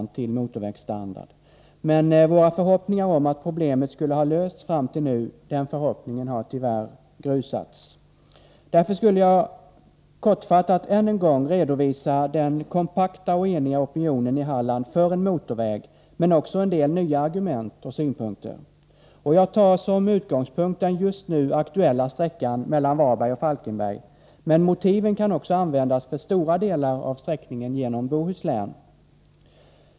Därför skall jag kortfattat än en gång redovisa den kompakta och eniga opinionen i Halland för en motorväg men också en del nya argument och synpunkter. Jag tar som utgångspunkt den just nu aktuella sträckan mellan Varberg och Falkenberg, men motiven kan också användas för stora delar av sträckningen genom Bohuslän.